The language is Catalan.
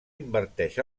inverteix